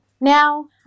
Now